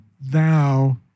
thou